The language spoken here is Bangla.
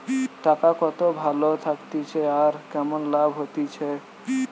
টাকা কত ভালো থাকতিছে আর কেমন লাভ হতিছে